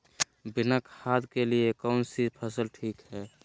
बिना खाद के लिए कौन सी फसल ठीक है?